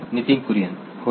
नितीन कुरियन होय